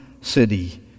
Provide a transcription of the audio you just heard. city